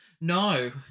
no